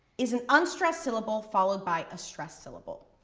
is an unstressed syllable followed by a stressed syllable.